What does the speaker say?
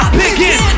begin